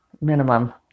minimum